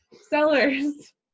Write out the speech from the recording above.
Sellers